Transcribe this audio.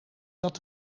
dat